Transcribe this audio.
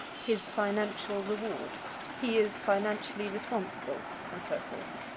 his financial reward he is financially responsible, and so forth.